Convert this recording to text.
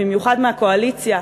במיוחד מהקואליציה,